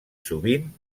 sovint